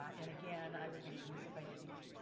and again, i would be remiss if i didn't